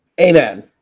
Amen